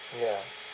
ya